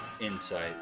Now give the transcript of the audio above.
insight